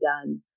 done